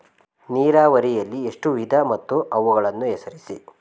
ನೀರಾವರಿಯಲ್ಲಿ ಎಷ್ಟು ವಿಧ ಮತ್ತು ಅವುಗಳನ್ನು ಹೆಸರಿಸಿ?